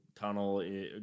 tunnel